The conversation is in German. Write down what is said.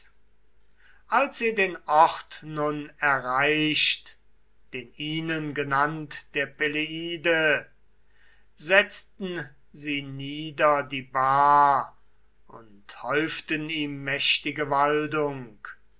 als sie den ort nun erreicht den ihnen genannt der peleide setzten sie nieder die bahr und häuften ihm mächtige waldung